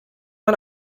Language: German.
man